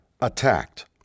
Attacked